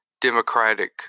Democratic